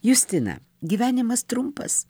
justina gyvenimas trumpas